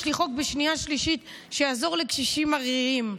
יש לי חוק בשנייה-שלישית שיעזור לקשישים עריריים.